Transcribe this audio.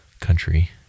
country